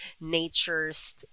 nature's